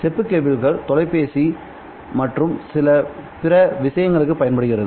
செப்பு கேபிள்கள் தொலைபேசி மற்றும் பிற விஷயங்களுக்கு பயன்படுகிறது